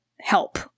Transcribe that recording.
help